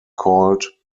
called